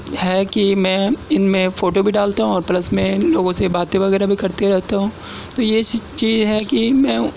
ہے کہ میں ان میں فوٹو بھی ڈالتا ہوں پلس میں ان لوگوں سے باتیں وغیرہ بھی کرتے رہتا ہوں تو یہ چیج چیز ہے کہ میں